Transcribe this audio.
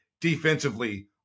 Defensively